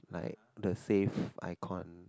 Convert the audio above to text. like the save icon